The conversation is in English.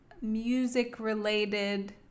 music-related